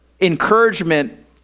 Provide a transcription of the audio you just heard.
encouragement